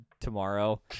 tomorrow